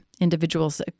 individuals